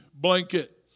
Blanket